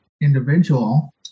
individual